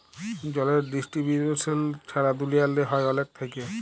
জলের ডিস্টিরিবিউশল ছারা দুলিয়াল্লে হ্যয় অলেক থ্যাইকে